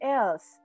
else